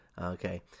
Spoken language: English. Okay